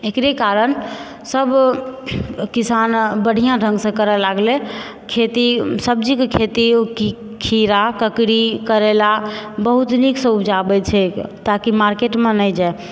एकरे कारण सब किसान बढ़िआँ ढंगसँ करऽ लागलै खेती सब्जी कऽ खेती खीरा ककड़ी करैला बहुत नीकसँ उपजाबैत छैक ताकि मार्केटमे नहि जाए